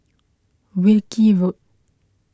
Wilkie Road